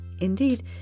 Indeed